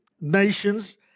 nations